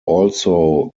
also